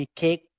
cake